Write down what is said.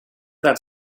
that